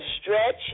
stretch